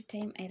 time